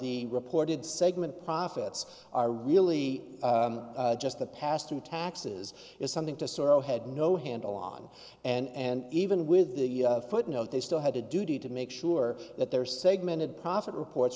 the reported segment profits are really just to pass through taxes is something to sort o had no handle on and even with the footnote they still had a duty to make sure that their segmented profit reports